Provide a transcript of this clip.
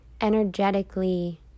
energetically